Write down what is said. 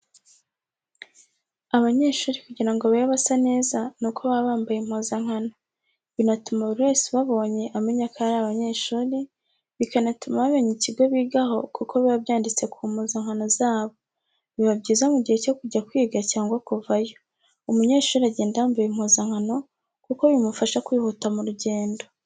Abanyeshuri kugira ngo babe basa neza nuko baba bambaye impuzakano, binatuma buri wese ubabonye amenya ko ari abanyeshuri, bikanatuma bamenya ikigo bigaho kuko biba byanditse ku mpuzakano zabo, biba byiza mu gihe cyo kujya kwiga cyagwa kuvayo. Umunyeshuri agenda yambaye impuzakano kuko bimufasha kwihuta mu rugendo.